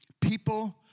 people